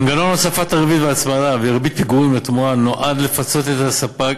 מנגנון הוספת ריבית והצמדה וריבית פיגורים לתמורה נועד לפצות את הספק